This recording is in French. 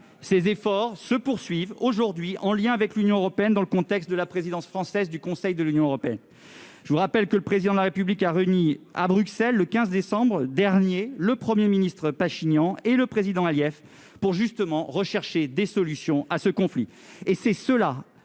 Ces efforts se poursuivent aujourd'hui, en lien avec l'Europe, dans le cadre de la présidence française du Conseil de l'Union européenne. Je vous rappelle que le Président de la République a réuni à Bruxelles, le 15 décembre dernier, le premier ministre Pachinian et le président Aliyev pour justement rechercher des solutions à ce conflit.